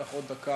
אקח עוד דקה,